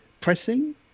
pressing